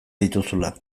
dituzula